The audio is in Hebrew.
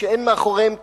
שאין מאחוריהם תקציב,